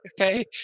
okay